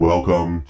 Welcome